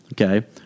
okay